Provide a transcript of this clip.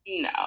no